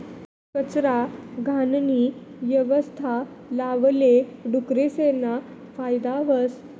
कचरा, घाणनी यवस्था लावाले डुकरेसना फायदा व्हस